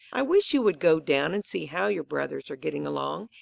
i wish you would go down and see how your brothers are getting along,